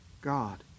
God